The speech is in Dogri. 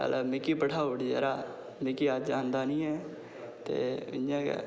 मिगी बठाई उड़ यरा मिगी अज्ज औंदा निं ऐ ते इ'यां गै